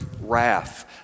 wrath